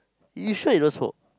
you sure you don't smoke